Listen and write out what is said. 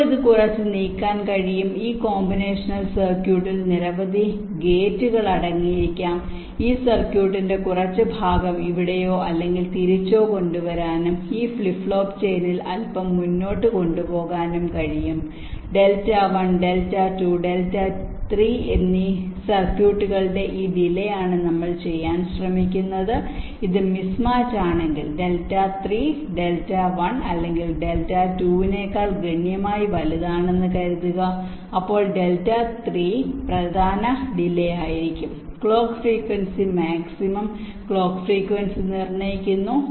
ഇപ്പോൾ ഇത് കുറച്ചു നീക്കാൻ കഴിയും ഈ കോമ്പിനേഷണൽ സർക്യൂട്ടിൽ നിരവധി ഗേറ്റുകൾ അടങ്ങിയിരിക്കാം ഈ സർക്യൂട്ടിന്റെ കുറച്ച് ഭാഗം ഇവിടെയോ അല്ലെങ്കിൽ തിരിച്ചോ കൊണ്ടുവരാനും ഈ ഫ്ലിപ്പ് ഫ്ലോപ്പ് ചെയിനിൽ അല്പം മുന്നോട്ട് കൊണ്ടുപോകാനും കഴിയും ഡെൽറ്റ 1 ഡെൽറ്റ 2 ഡെൽറ്റ 3 എന്നീ സർക്യൂട്ടുകളുടെ ഈ ഡിലെ ആണ് നമ്മൾ ചെയ്യാൻ ശ്രമിക്കുന്നത് ഇത് മിസ് മാച്ച് ആണെങ്കിൽ ഡെൽറ്റ 3 ഡെൽറ്റ 1 അല്ലെങ്കിൽ ഡെൽറ്റ 2 നെക്കാൾ ഗണ്യമായി വലുതാണെന്ന് കരുതുക അപ്പോൾ ഡെൽറ്റ മൂന്ന് പ്രധാന ഡിലെ ആയിരിക്കും clock frequency maximum clock frequency നിർണ്ണയിക്കുന്നു